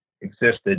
existed